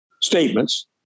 statements